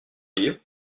livre